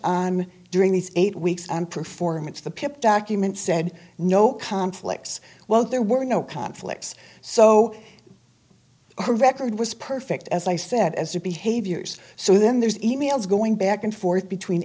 on during these eight weeks and performance the pip document said no conflicts well there were no conflicts so her record was perfect as i said as a behaviors so then there's e mails going back and forth between